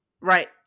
right